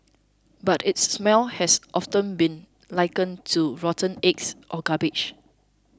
but its smell has often been likened to rotten eggs or garbage